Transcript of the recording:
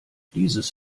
dieses